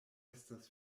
estas